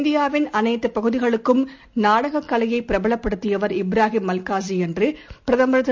இந்தியாவின் அனைத்துபகுதிகளுக்கும் நாடககலையைபிரபலப்படுத்தியவர் இப்ராஹிம் அல்காசிஎன்றுபிரதமர் திரு